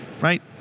Right